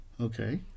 okay